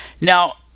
Now